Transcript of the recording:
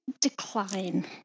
Decline